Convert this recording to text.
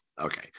Okay